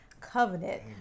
covenant